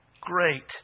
Great